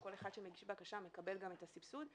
כל אחד שמגיש בקשה מקבל גם את הסבסוד.